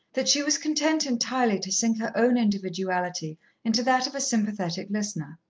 that she was content entirely to sink her own individuality into that of a sympathetic listener.